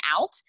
out